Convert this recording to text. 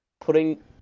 putting